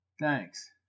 Thanks